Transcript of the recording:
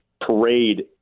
parade